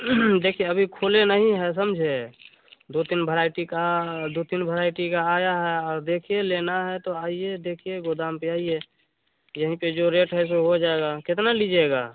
देखिये अभी खोले नहीं है समझे दो तीन वैरायटी का दो तीनों वैरायटी का आया है देखिए लेना है तो आइये देखिए गोदाम पर आईये यही पर जो रेट है सो हो जाएगा कितना लीजिएगा